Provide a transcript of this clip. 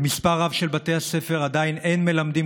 במספר רב של בתי הספר עדיין אין מלמדים